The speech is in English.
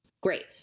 Great